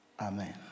Amen